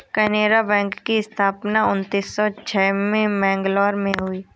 Canara bank की स्थापना उन्नीस सौ छह में मैंगलोर में हुई